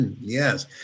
Yes